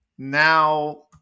Now